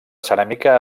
ceràmica